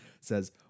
says